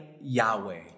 Yahweh